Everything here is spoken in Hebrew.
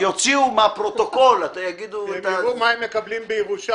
יוציאו מהפרוטוקול ויגידו --- כשהם ידעו מה הם מקבלים בירושה,